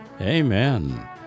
Amen